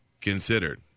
considered